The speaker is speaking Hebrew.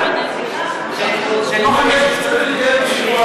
כשאנחנו מדברים על 2.5,